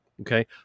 okay